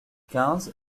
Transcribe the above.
quinze